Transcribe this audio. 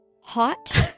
hot